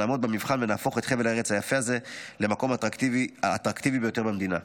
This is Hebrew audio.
נעמוד במבחן ונהפוך את חבל הארץ היפה הזה למקום האטרקטיבי ביותר במדינה.